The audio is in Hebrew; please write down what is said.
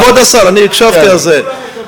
כבוד השר, אני הקשבתי לזה.